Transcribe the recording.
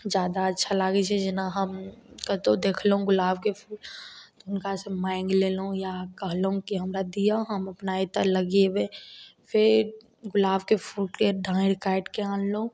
जादा अच्छा लागय छै जेना हम कतहु देखलहुँ गुलाबके फूल हुनकासँ माँगि लेलहुँ या कहलहुँ कि हमरा दिअ हम अपना एतऽ लगेबय फेर गुलाबके फूलके डाढ़ि काटिकऽ अनलहुँ